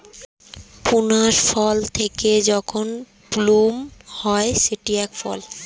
prunes ফল পেকে যখন প্লুম হয় সেটি এক ফল